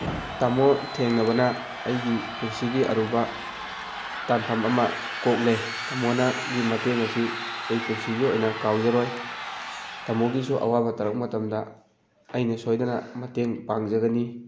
ꯇꯥꯃꯣ ꯊꯦꯡꯅꯕꯅ ꯑꯩꯒꯤ ꯄꯨꯟꯁꯤꯒꯤ ꯑꯔꯨꯕ ꯇꯥꯟꯐꯝ ꯑꯃ ꯀꯣꯛꯂꯦ ꯇꯥꯃꯣꯅꯒꯤ ꯃꯇꯦꯡ ꯑꯁꯤ ꯑꯩ ꯄꯨꯟꯁꯤꯒꯤ ꯑꯣꯏꯅ ꯀꯥꯎꯖꯔꯣꯏ ꯇꯥꯃꯣꯒꯤꯁꯨ ꯑꯋꯥꯕ ꯇꯥꯔꯛꯄ ꯃꯇꯝꯗ ꯑꯩꯅ ꯁꯣꯏꯗꯅ ꯃꯇꯦꯡ ꯄꯥꯡꯖꯒꯅꯤ